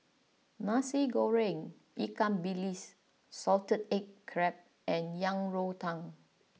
Nasi Goreng Ikan Bilis Salted Egg Crab and Yang Rou Tang